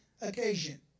occasion